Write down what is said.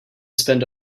spend